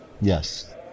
Yes